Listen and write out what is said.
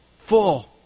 full